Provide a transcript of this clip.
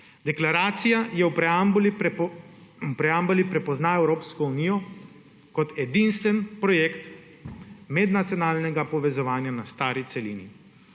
Deklaracija v preambuli prepozna Evropsko unijo kot edinstven projekt mednacionalnega povezovanja na stari celini,